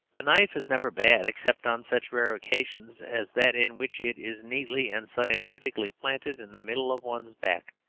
a knife is never bad except on such rare occasions as that in which it is neatly and scientifically planted in the middle of one's back.